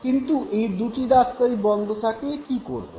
কিন্তু এই দু'টি রাস্তাই বন্ধ থাকলে কী করবেন